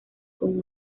con